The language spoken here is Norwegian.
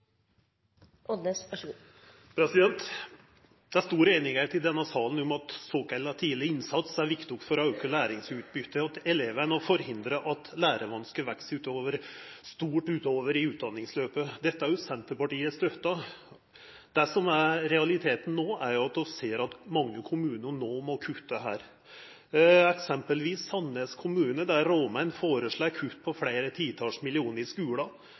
Odnes – til oppfølgingsspørsmål. Det er stor einigheit i denne salen om at såkalla tidleg innsats er viktig for å auka læringsutbyttet til eleven og forhindra at lærevanskar veks stort utover i utdanningsløpet. Dette har òg Senterpartiet støtta. Det som er realiteten nå, er jo at vi ser at mange kommunar nå må kutta her. Eit eksempel er Sandnes kommune, der rådmannen føreslår kutt på fleire titals millionar i